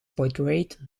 portrayed